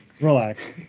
Relax